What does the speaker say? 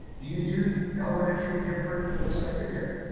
do you do elementary different than secondary?